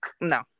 No